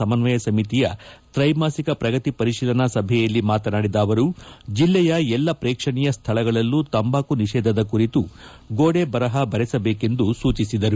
ಸಮನ್ನಯ ಸಮಿತಿಯ ತ್ರೈಮಾಸಿಕ ಪ್ರಗತಿ ಪರಿಶೀಲನಾ ಸಭೆಯಲ್ಲಿ ಮಾತನಾಡಿದ ಅವರು ಜಿಲ್ಲೆಯ ಎಲ್ಲಾ ಪ್ರೇಕ್ಷಣೀಯ ಸ್ಟಳಗಳಲ್ಲೂ ತಂಬಾಕು ನಿಷೇಧದ ಕುರಿತು ಗೋಡೆಬರಪ ಬರೆಸಬೇಕೆಂದು ಅವರು ಸೂಚಿಸಿದರು